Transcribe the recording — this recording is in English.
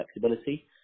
flexibility